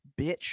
bitch